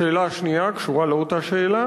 השאלה השנייה קשורה לאותה שאלה,